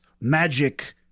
magic